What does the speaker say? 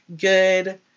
good